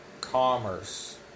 Commerce